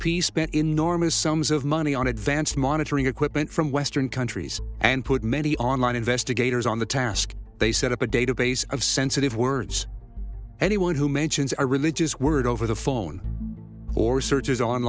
p spent enormous sums of money on advanced monitoring equipment from western countries and put many online investigators on the task they set up a database of sensitive words anyone who mentions a religious word over the phone or searches on